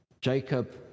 Jacob